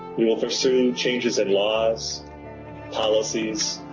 we will pursue changes in laws policies,